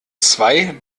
zwei